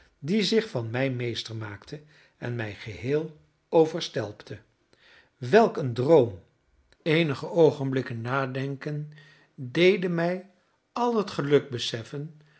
die zich van mij meester maakte en mij geheel overstelpte welk een droom eenige oogenblikken nadenken deden mij al het geluk beseffen